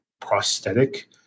prosthetic